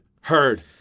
heard